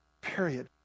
period